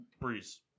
Breeze